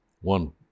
One